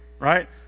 right